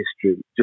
history